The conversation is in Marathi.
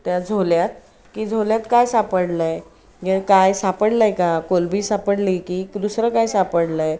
त्या झोल्यात की झोल्यात काय सापडलं आहे काय सापडलं आहे का कोळंबी सापडली की दुसरं काय सापडलं आहे